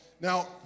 Now